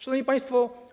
Szanowni Państwo!